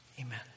Amen